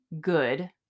good